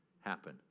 happen